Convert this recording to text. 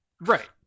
Right